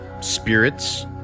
spirits